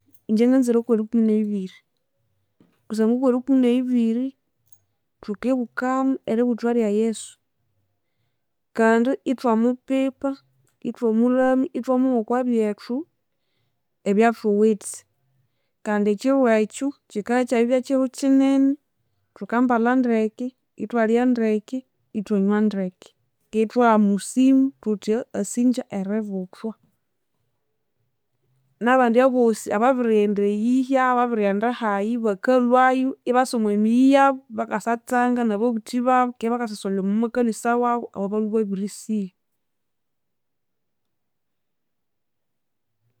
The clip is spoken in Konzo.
Ingye nganzire okwerikumi neyibiri kusangwa okwerikumi neyibiri thukibukamu eributhwa ryayesu kandi ithwamupipa, ithwamuramya, ithwamuha okwabyethu ebyathuwithe. Kandi ekyiro ekyu kyika kyabibya kyiro kyinene, thukambalha ndeke, ithwalya ndeke, ithwanywa ndeke, ki ithwayamusima thuthi asingya eributhwa. Nabandi bosi ababirighenda eyihya ababirighenda hayi bakalwayu ibasa omwamiyi yabu bakasatsanga nababuthi babu kibakasasomera omwamakanisa wabu awabalwe babirisiya